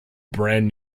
brand